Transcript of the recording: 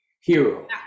Hero